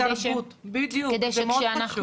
כל היכלי התרבות, בדיוק, זה מאוד חשוב.